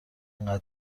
اینقدر